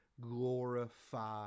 glorify